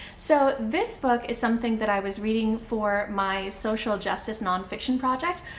so this book is something that i was reading for my social justice nonfiction project.